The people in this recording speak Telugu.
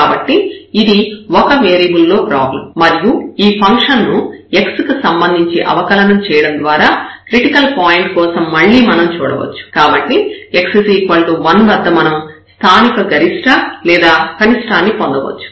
కాబట్టి ఇది ఒక వేరియబుల్ లో ప్రాబ్లం మరియు ఈ ఫంక్షన్ ను x కి సంబంధించి అవకలనం చేయడం ద్వారా క్రిటికల్ పాయింట్ కోసం మళ్ళీ మనం చూడవచ్చు కాబట్టి x 1 వద్ద మనం స్థానిక గరిష్ట లేదా కనిష్ఠాన్ని పొందవచ్చు